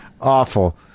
Awful